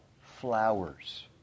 flowers